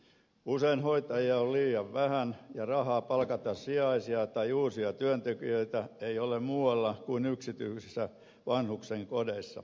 usein hoitajia on liian vähän ja rahaa palkata sijaisia tai uusia työntekijöitä ei ole muualla kuin yksityisissä vanhustenkodeissa